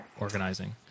organizing